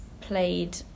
played